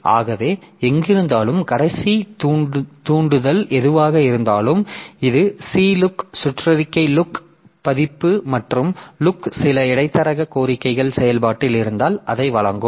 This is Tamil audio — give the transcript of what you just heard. ஆகவே எங்கிருந்தாலும் கடைசி தூண்டுதல் எதுவாக இருந்தாலும் இது சி லுக் சுற்றறிக்கை லுக் பதிப்பு மற்றும் லுக் சில இடைத்தரக கோரிக்கைகள் செயல்பாட்டில் இருந்தால் அதை வழங்கும்